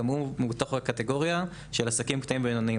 גם הוא בתוך הקטגוריה של עסקים קטנים-בינוניים.